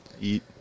eat